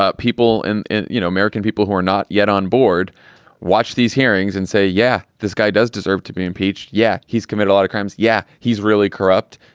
ah people and and you know american people who are not yet on board watch these hearings and say yeah this guy does deserve to be impeached. yeah he's committed a lot of crimes. yeah he's really corrupt.